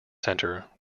centre